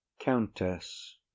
countess